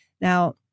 Now